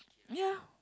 ya